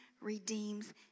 redeems